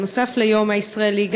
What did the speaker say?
בנוסף ליום הישראלי,